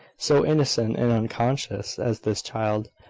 so innocent and unconscious as this child,